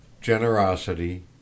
generosity